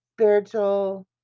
spiritual